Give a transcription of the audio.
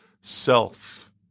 self